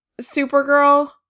Supergirl